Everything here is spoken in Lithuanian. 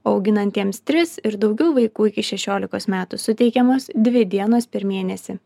o auginantiems tris ir daugiau vaikų iki šešiolikos metų suteikiamos dvi dienos per mėnesį